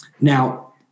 Now